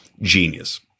Genius